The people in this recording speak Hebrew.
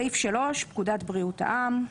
תיקון פקודת3.בפקודת בריאות העם,